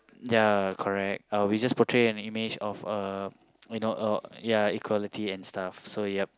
ya correct uh we just portray an image of uh you know uh ya equality and stuff so yup